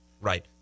right